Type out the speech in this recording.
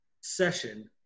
session